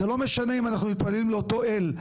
זה לא משנה אם אנחנו מתפללים לאותו אל.